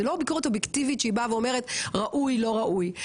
זה לא ביקורת אובייקטיבית שהיא באה ואומרת ראוי לא ראוי.